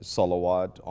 salawat